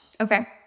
Okay